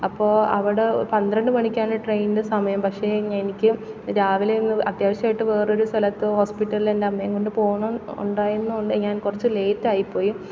അപ്പോൾ അവിടെ പന്ത്രണ്ട് മണിക്കാണ് ട്രെയിനിൻ്റെ സമയം പക്ഷെ എനിക്കു രാവിലെ ഒന്ന് അത്യാവശ്യമായിട്ടു വേറൊരു സ്ഥലത്തു ഹോസ്പിറ്റലിൽ എന്റമ്മയേയും കൊണ്ട് പോകണം ഉണ്ടായിരുന്നതു കൊണ്ട് ഞാൻ കുറച്ചു ലേറ്റായി പോയി